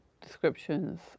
descriptions